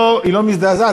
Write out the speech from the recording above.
היא לא מזדעזעת,